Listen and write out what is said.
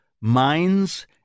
minds